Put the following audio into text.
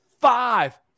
five